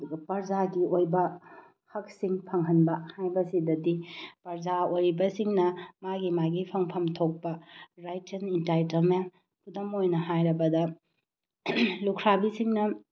ꯑꯗꯨꯒ ꯄ꯭ꯔꯖꯥꯒꯤ ꯑꯣꯏꯕ ꯍꯛꯁꯤꯡ ꯐꯪꯍꯟꯕ ꯍꯥꯏꯕꯁꯤꯗꯗꯤ ꯄ꯭ꯔꯖꯥ ꯑꯣꯏꯔꯤꯕꯁꯤꯡꯅ ꯃꯥꯒꯤ ꯃꯥꯒꯤ ꯐꯪꯐꯝ ꯊꯣꯛꯄ ꯔꯥꯏꯠ ꯑꯦꯟ ꯏꯟꯗꯥꯏꯇꯃꯦꯟ ꯈꯨꯗꯝ ꯑꯣꯏꯅ ꯍꯥꯏꯔꯕꯗ ꯂꯨꯈ꯭ꯔꯥꯕꯤꯁꯤꯡꯅ